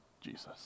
Jesus